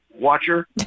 watcher